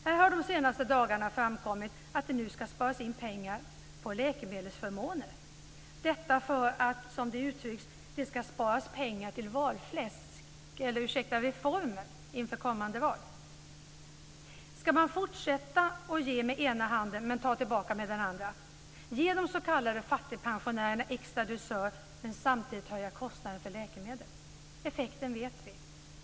Det har under de senaste dagarna framkommit att det nu ska sparas in pengar på läkemedelsförmåner, detta för att det, som det uttrycks, ska sparas pengar till valfläsk - ursäkta - reformer inför kommande val. Ska man fortsätta att ge med den ena handen men ta tillbaka med den andra, ge de s.k. fattigpensionärerna en extra dusör men samtidigt höja kostnaden för läkemedel? Effekten vet vi.